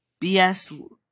BS-